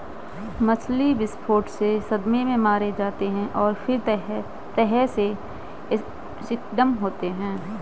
मछली विस्फोट से सदमे से मारे जाते हैं और फिर सतह से स्किम्ड होते हैं